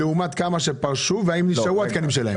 לעומת כמה שפרשו והאם נשארו התקנים שלהם?